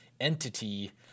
entity